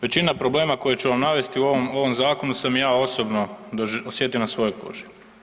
Većina problema koje ću vam navesti u ovom zakonu sam ja osobno osjetio na svojoj koži.